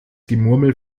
gemurmel